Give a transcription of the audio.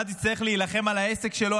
ואז יצטרך להילחם על העסק שלו,